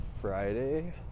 friday